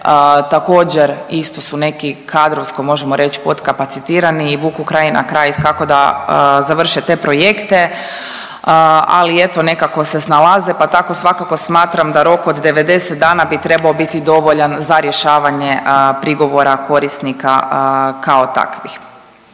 također, isto su neki kadrovsko, možemo reći, podkapacitirani i vuku kraj na kraj i kako da završe te projekte, ali eto, nekako se snalaze pa tako svakako smatram da rok od 90 dana bi trebao biti dovoljan za rješavanje prigovora korisnika kao takvih.